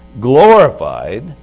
glorified